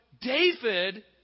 David